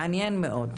מעניין מאוד.